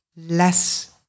less